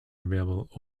available